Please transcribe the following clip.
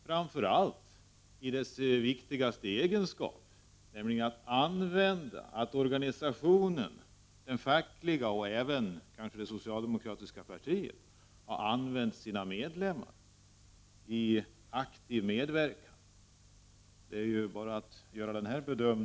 Framför allt har det gällt den fackliga organisationens, och kanske även det socialdemokratiska partiets, sätt att använda sina medlemmars aktiva medverkan.